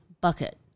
bucket